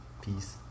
Peace